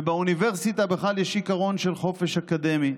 ובאוניברסיטה בכלל יש עיקרון של חופש אקדמי,